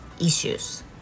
issues